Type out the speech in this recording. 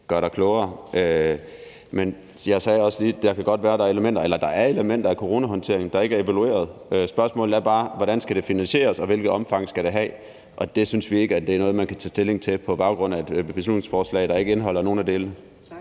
gøre dig klogere. Men jeg sagde også lige før, at der er elementer af coronahåndteringen, der ikke er blevet evalueret. Spørgsmålet er bare, hvordan det skal finansieres, og hvilket omfang det skal have. Og det synes vi ikke er noget, man kan tage stilling til på baggrund af et beslutningsforslag, der ikke indeholder nogen af delene. Kl.